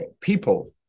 people